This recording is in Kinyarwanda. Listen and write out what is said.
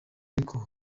ariko